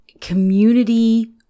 community